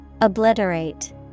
Obliterate